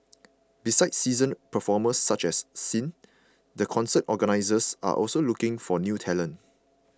besides seasoned performers such as Sin the concert organisers are also looking for new talent